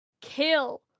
kill